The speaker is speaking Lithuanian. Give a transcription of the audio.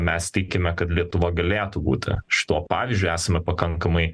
mes tikime kad lietuva galėtų būti šituo pavyzdžiu esame pakankamai